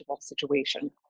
situation